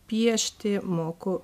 piešti moku